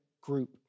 group